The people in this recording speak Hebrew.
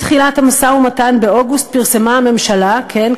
מתחילת המשא-ומתן באוגוסט פרסמה הממשלה כן,